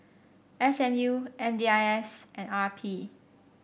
S M U M D I S and R P